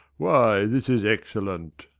why, this is excellent.